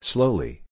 Slowly